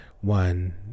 one